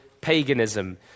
paganism